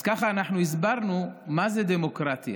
אז ככה אנחנו הסברנו מה זה דמוקרטיה.